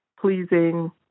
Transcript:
pleasing